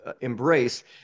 Embrace